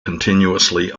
continuously